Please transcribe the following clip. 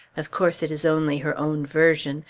of course it is only her own version,